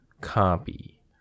copy